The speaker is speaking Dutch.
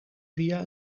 via